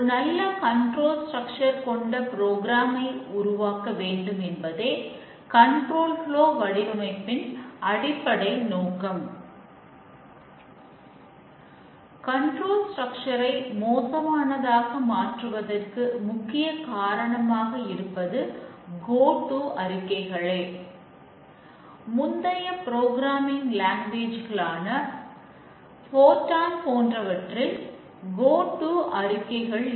அவை மறுஆய்வு உருவகப்படுத்துதல் யூனிட் டெஸ்டிங் நுட்பங்கள்